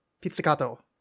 Pizzicato